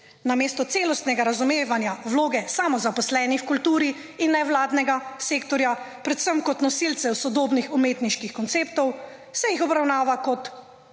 Namesto celostnega razumevanja vloge samozaposlenih v kulturi in nevladnega sektorja predvsem kot nosilce v sodobnih umetniških konceptov se jih obravnava kot